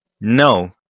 no